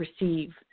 receive